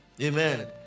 Amen